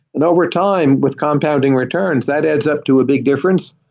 and overtime with compounding returns, that adds up to a big difference.